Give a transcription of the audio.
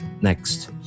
next